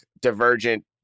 divergent